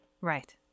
Right